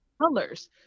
colors